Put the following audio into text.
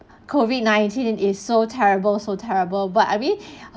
COVID nineteen is so terrible so terrible but I mean